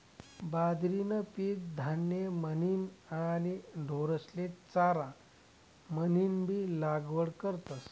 बाजरीनं पीक धान्य म्हनीन आणि ढोरेस्ले चारा म्हनीनबी लागवड करतस